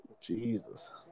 Jesus